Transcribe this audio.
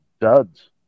duds